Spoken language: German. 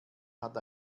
hat